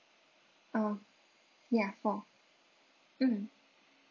uh ya four mm